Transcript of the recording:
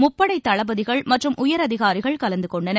முப்படை தளபதிகள் மற்றும் உயர் அதிகாரிகள் கலந்து கொண்டனர்